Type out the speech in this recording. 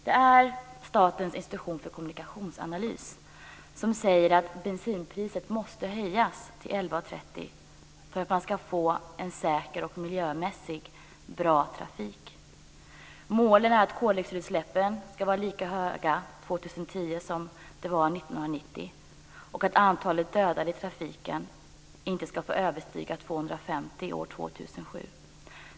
Det är Statens institut för kommunikationsanalys som säger att bensinpriset måste höjas till 11:30 kr för att man ska få en säker och miljömässigt bra trafik. Målet är att koldioxidutsläppen ska ligga på samma nivå 2010 som de gjorde 1990 och att antalet dödade i trafiken inte ska få överstiga 250 år 2007.